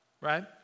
right